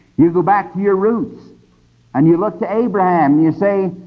you go back to your roots and you look to abraham, and you say,